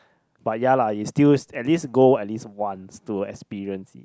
but ya lah is still at least go at least once to experience